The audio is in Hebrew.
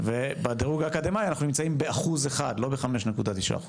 ובדירוג האקדמאי אנחנו נמצאים ב- 1% ולא ב- 5.9%,